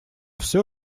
все